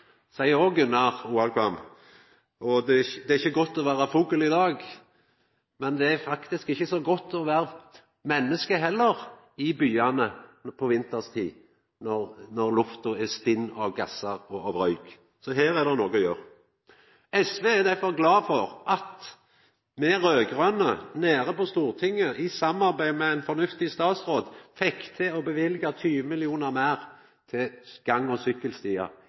ikkje så godt å vera menneske i byane på vinterstid, når lufta er stinn av gassar og røyk. Så her er det noko å gjera. SV er derfor glad for at me raud-grøne på Stortinget, i samarbeid med ein fornuftig statsråd, fekk til å løyva 20 mill. kr meir til gang- og